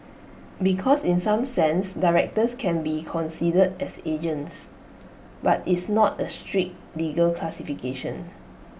because in some sense directors can be considered as agents but it's not A strict legal classification